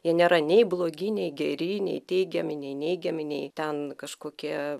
jie nėra nei blogi nei geri nei teigiami nei neigiami nei ten kažkokie